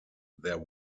there